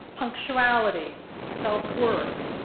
punctuality, self-worth,